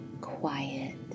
quiet